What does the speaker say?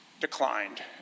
declined